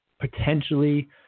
potentially